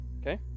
Okay